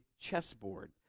chessboard